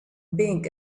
big